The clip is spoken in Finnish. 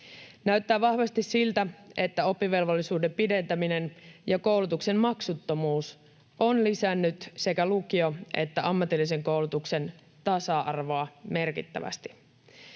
Näyttää vahvasti siltä, että oppivelvollisuuden pidentäminen ja koulutuksen maksuttomuus ovat lisänneet sekä lukio‑ että ammatillisen koulutuksen tasa-arvoa merkittävästi.